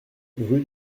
rue